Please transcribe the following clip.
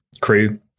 crew